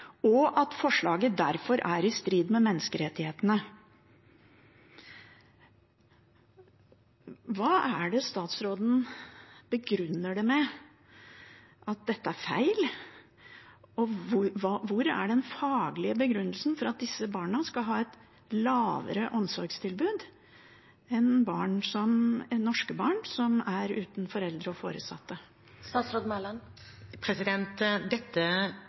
og at forslaget derfor er i strid med menneskerettighetene. Hvordan begrunner statsråden at dette er feil? Og hvor er den faglige begrunnelsen for at disse barna skal ha et dårligere omsorgstilbud enn norske barn som er uten foreldre og